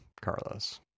Carlos